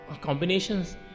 combinations